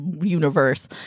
universe